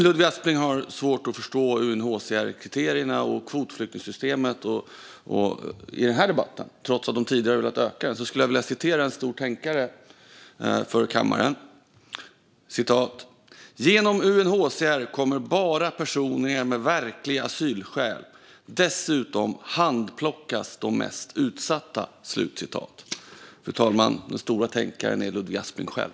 Ludvig Aspling har svårt att förstå UNHCR-kriterierna och kvotflyktingsystemet i den här debatten, trots att Sverigedemokraterna tidigare har velat öka antalet. Jag skulle vilja citera en stor tänkare för kammaren: "Genom UNHCR kommer bara personer med verkliga asylskäl ." Fru talman! Den store tänkaren är Ludvig Aspling själv.